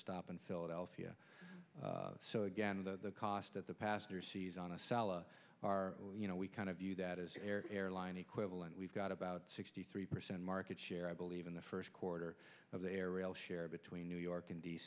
stop in philadelphia so again the cost of the passengers sees on a salad are you know we kind of view that as airline equivalent we've got about sixty three percent market share i believe in the first quarter of the ariel sharon between new york and d